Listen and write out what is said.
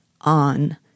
On